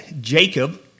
Jacob